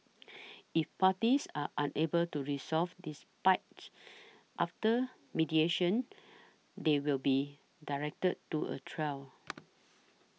if parties are unable to resolve despite after mediation they will be directed to a trial